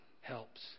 helps